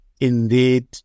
indeed